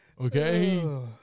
Okay